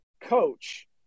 coach